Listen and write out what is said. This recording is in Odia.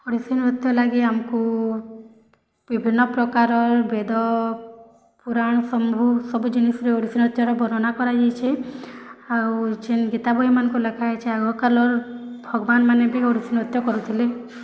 ଓଡ଼ିଶୀ ନୃତ୍ୟ ଲାଗି ଆମକୁ ବିଭିନ୍ନ ପ୍ରକାରର ବେଦ ପୁରାଣ ସମ୍ଭୁଁ ସବୁ ଜିନିଷର ଓଡ଼ିଶୀ ନୃତ୍ୟର ବର୍ଣ୍ଣନା କରାଯାଇଛି ଆଉ ଯେନ୍ ଗୀତା ବହିମାନଙ୍କ ଲେଖା ଯାଇଛି ଆଗ କାଳର ଭଗବାନ୍ ମାନେ ବି ଓଡ଼ିଶୀ ନୃତ୍ୟ କରୁଥିଲେ